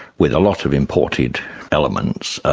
with a lot of imported elements,